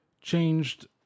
changed